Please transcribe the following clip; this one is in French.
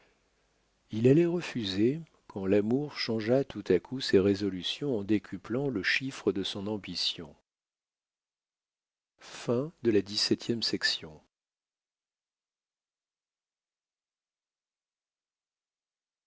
il allait refuser quand l'amour changea tout à coup ses résolutions en décuplant le chiffre de son ambition